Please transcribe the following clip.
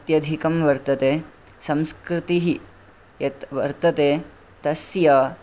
अत्यधिकं वर्तते संस्कृतिः यत् वर्तते तस्य